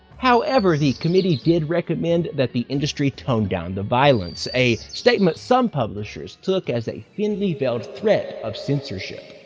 however, the committee did recommend that the industry tone down the violence, a statement that some publishers took as a thinly veiled threat of censorship.